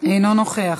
אינו נוכח.